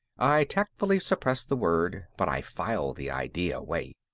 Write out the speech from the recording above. i tactfully suppressed the word but i filed the idea away.